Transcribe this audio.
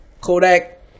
Kodak